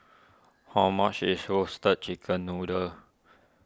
how much is Roasted Chicken Noodle